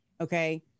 okay